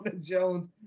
Jones